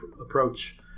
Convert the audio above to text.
approach